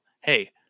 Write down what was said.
hey